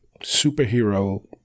superhero